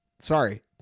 sorry